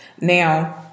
Now